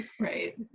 Right